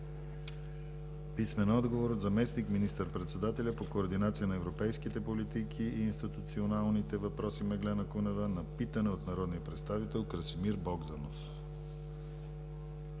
писмен отговор от заместник министър-председателя по координация на европейските политики и институционалните въпроси Меглена Кунева на питане от народния представител Красимир Богданов.